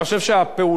אני חושב שהפעולות